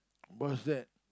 what's that